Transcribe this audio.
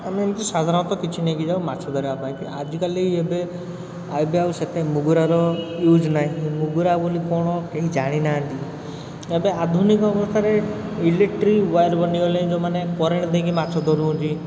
ଆମେ ଏମିତି ସାଧାରଣତଃ କିଛି ନେଇକି ଯାଉ ମାଛ ଧରିବାପାଇଁ କି ଆଜିକାଲି ଏବେ ଆଉ ସେତେ ମୁଗୁରାର ୟୁଜ୍ ନାହିଁ ମୁଗୁରା ବୋଲି କ'ଣ କେହି ଜାଣିନାହାଁନ୍ତି ଏବେ ଆଧୁନିକ ଅବସ୍ଥାରେ ଇଲେକ୍ଟ୍ରିକ୍ ୱାର୍ ବନିଗଲେଣି ଯେଉଁମାନେ କରେଣ୍ଟ୍ ଦେଇକି ମାଛ ଧରୁଛନ୍ତି